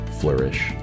flourish